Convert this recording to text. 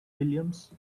williams